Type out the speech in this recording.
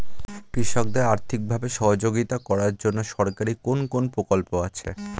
কৃষকদের আর্থিকভাবে সহযোগিতা করার জন্য সরকারি কোন কোন প্রকল্প আছে?